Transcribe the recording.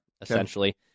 essentially